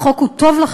החוק טוב לחיילים,